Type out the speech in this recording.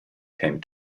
came